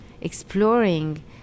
exploring